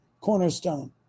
cornerstone